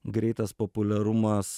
greitas populiarumas